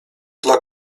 dla